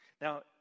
Now